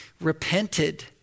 repented